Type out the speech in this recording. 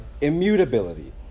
immutability